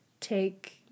take